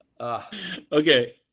Okay